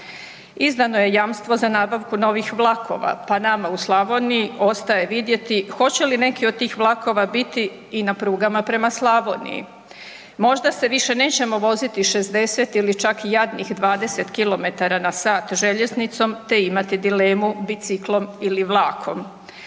Izdano je jamstvo za nabavku novih vlakova pa nama u Slavoniji ostaje vidjeti hoće li neki od tih vlakova biti i na prugama prema Slavoniji. Možda se više nećemo voziti 60 ili čak i jadnih 20 km na sat željeznicom te imati dilemu biciklom ili vlakom.